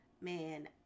man